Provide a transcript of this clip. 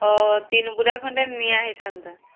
ହଁ ତିନବୁରା ଖଣ୍ଡେ ନିଆ ହୋଇଥାନ୍ତା